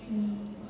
mm